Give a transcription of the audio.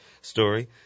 story